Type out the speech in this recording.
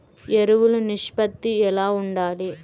ఎరువులు నిష్పత్తి ఎలా ఉండాలి?